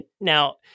Now